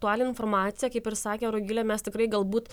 aktualią informaciją kaip ir sakė rugilė mes tikrai galbūt